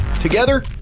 Together